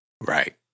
right